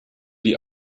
die